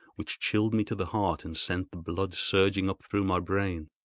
which chilled me to the heart and sent the blood surging up through my brain.